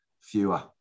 fewer